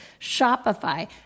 Shopify